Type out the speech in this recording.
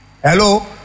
hello